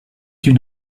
une